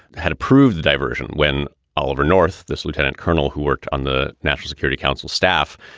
had approved the diversion when oliver north, this lieutenant colonel who worked on the national security council staff,